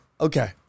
okay